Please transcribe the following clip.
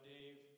Dave